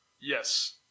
Yes